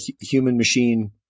human-machine